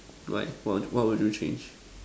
right what what would you change